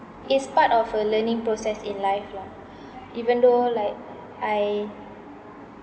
it's part of a learning process in life lah even though like I